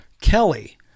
Kelly